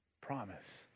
promise